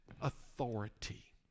authority